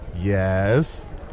Yes